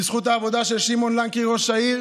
בזכות העבודה של שמעון לנקרי ראש העיר,